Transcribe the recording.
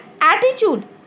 attitude